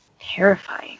terrifying